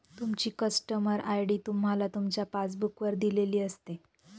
तुमची customer ID तुम्हाला तुमच्या पासबुक वर दिलेली असते